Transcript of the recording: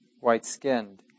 white-skinned